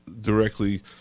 directly